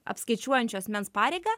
apskaičiuojančio asmens pareigą